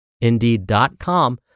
indeed.com